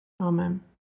amen